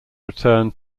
return